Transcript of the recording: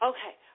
Okay